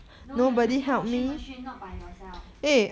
no you are using the washing machine not by yourself